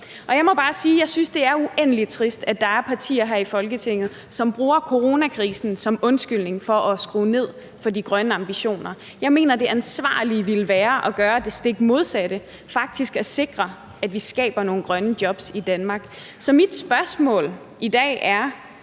jeg synes, det er uendelig trist, at der er partier her i Folketinget, som bruger coronakrisen som undskyldning for at skrue ned for de grønne ambitioner. Jeg mener, det ansvarlige ville være at gøre det stik modsatte, altså faktisk at sikre, at vi skaber nogle grønne jobs i Danmark. Så mit spørgsmål i dag er: